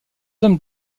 hommes